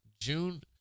June